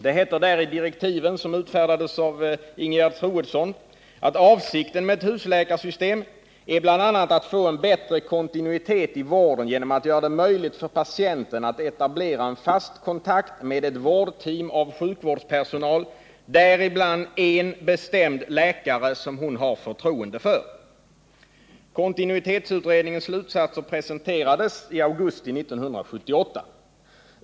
Det heter i direktiven, som utfärdades av Ingegerd Troedsson, att avsikten med ett husläkarsystem ”är bl.a. att få en bättre kontinuitet i vården genom att göra det möjligt för patienten att etablera en fast kontakt med ett vårdteam av sjukvårdspersonal, däribland en bestämd läkare som hon har förtroende för”. Kontinuitetsutredningens slutsatser presenterades i augusti 1978.